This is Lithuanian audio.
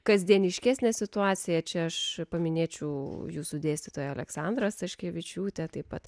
kasdieniškesnę situaciją čia aš paminėčiau jūsų dėstytoja aleksandra staškevičiūtė taip pat